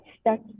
stuck